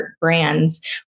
brands